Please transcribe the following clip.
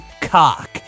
cock